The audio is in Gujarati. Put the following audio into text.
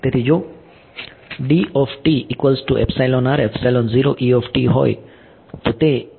તેથી જો હોય તો તે ની વેલ્યુ શું હશે